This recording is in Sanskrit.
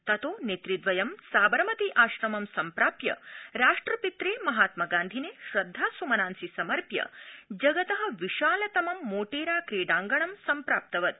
ततो नेतुद्वयं साबरमती आश्रमं सम्प्राप्य राष्ट्रपित्रे महात्मगान्धिने श्रद्धासमनांसि समर्प्य जगत विशालतमं मोटेरा क्रीडांगणं सम्प्राप्तवत